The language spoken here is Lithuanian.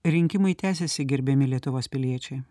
rinkimai tęsiasi gerbiami lietuvos piliečiai